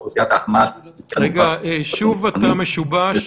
מה שמציג כאן נציג משרד ראש הממשלה,